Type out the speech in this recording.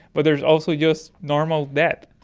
but there is also just normal death.